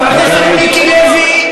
חבר הכנסת מיקי לוי,